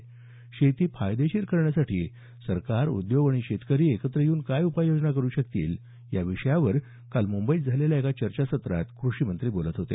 शेती फायदेशीर करण्यासाठी सरकार उद्योग आणि शेतकरी एकत्र येऊन काय उपाययोजना करु शकतील या विषयावर काल मुंबईत झालेल्या एका चर्चा सत्रात कृषीमंत्री बोलत होते